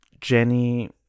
Jenny